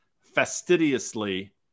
fastidiously